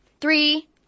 Three